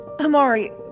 Amari